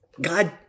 God